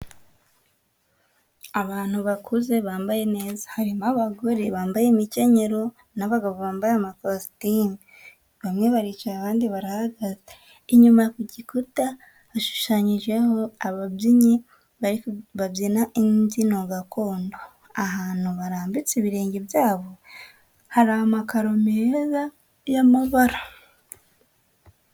Abantu bakuze bambaye neza harimo abagore bambaye imikenyero n'abagabo bambaye amakositime bamwe baricaye abandi barahagaze inyuma y'igikuta hashushanyijeho ababyinyi babyina imbyino gakondo ahantu barambitse ibirenge byabo hari amakaro meza y'amabara.